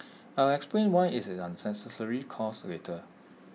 I'll explain why IT is an unnecessary cost later